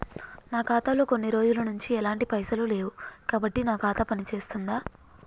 నా ఖాతా లో కొన్ని రోజుల నుంచి ఎలాంటి పైసలు లేవు కాబట్టి నా ఖాతా పని చేస్తుందా?